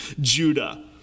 Judah